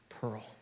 pearl